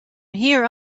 here